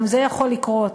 גם זה יכול לקרות,